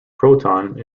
proton